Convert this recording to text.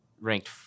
ranked